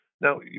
now